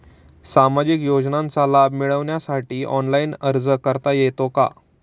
सामाजिक योजनांचा लाभ मिळवण्यासाठी ऑनलाइन अर्ज करता येतो का?